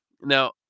Now